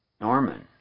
Norman